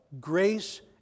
grace